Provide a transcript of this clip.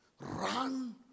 run